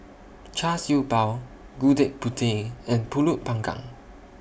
Char Siew Bao Gudeg Putih and Pulut Panggang